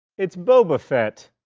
it's boba fett.